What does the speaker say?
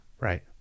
Right